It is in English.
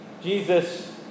Jesus